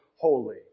Holy